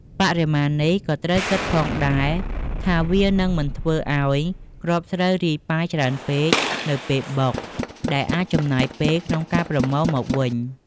បរិមាណនេះក៏ត្រូវគិតផងដែរ ថាវានឹងមិនធ្វើឱ្យគ្រាប់ស្រូវរាយប៉ាយច្រើនពេកនៅពេលបុក ដែលអាចចំណាយពេលក្នុងការប្រមូលមកវិញ។